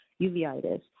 uveitis